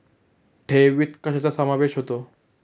ठेवीत कशाचा समावेश होतो?